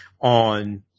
On